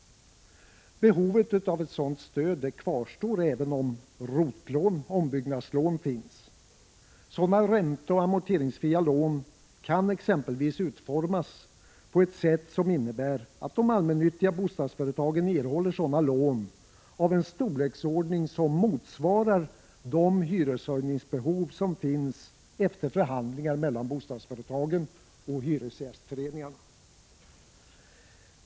Behovet av ett sådant stöd kvarstår även om ROT-lån/ombyggnadslån finns. Sådana ränteoch amorteringsfria lån kan exempelvis utformas på ett sätt som innebär att de allmännyttiga bostadsföretagen erhåller sådana lån av en storleksordning som motsvarar de hyreshöjningsbehov som finns efter förhandlingar mellan bostadsföretagen och hyresgästföreningen.